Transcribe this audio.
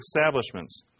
establishments